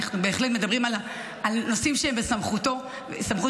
אנחנו בהחלט מדברים על נושאים שהם בסמכות משרדו,